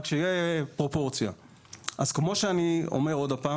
כמו שאני אומר,